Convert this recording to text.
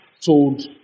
told